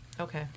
okay